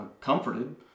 comforted